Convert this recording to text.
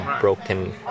broken